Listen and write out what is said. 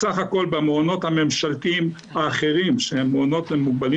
בסך הכל במעונות הממשלתיים האחרים שהם מעונות למוגבלים